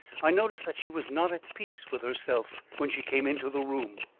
i noticed that she was not at peace with herself when she came into the room.